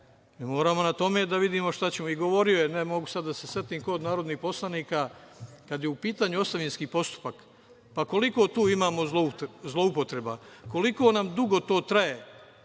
Moramo na tome da vidimo šta ćemo. Govorio je, ne mogu sad da se setim ko od narodnih poslanika, kad je u pitanju ostavinski postupak, pa koliko tu imamo zloupotreba? Koliko nam dugo to traje?